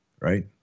right